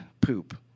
poop